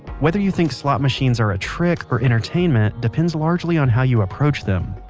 whether you think slot machines are a trick or entertainment depends largely on how you approach them.